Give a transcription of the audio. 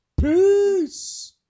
Peace